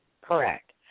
Correct